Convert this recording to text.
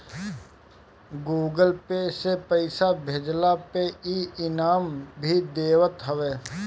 Google Pay से पईसा भेजला पे इ इनाम भी देत हवे